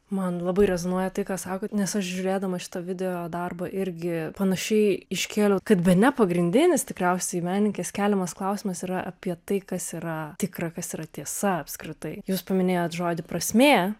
man labai rezonuoja tai ką sakot nes aš žiūrėdama šitą videodarbą irgi panašiai iškėliau kad bene pagrindinis tikriausiai menininkės keliamas klausimas yra apie tai kas yra tikra kas yra tiesa apskritai jūs paminėjot žodį prasmė